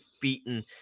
beaten